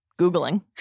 Googling